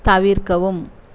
தவிர்க்கவும்